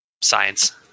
Science